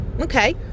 okay